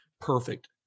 perfect